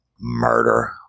Murder